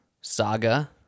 saga